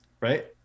right